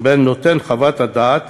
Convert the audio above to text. בין נותן חוות הדעת